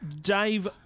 Dave